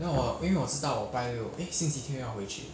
you know maybe was stop bio 星期天要回去: xin qi tian yao hui qu